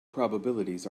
probabilities